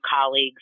colleagues